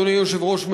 אדוני היושב-ראש,